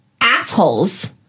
assholes